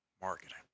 marketing